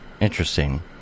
Interesting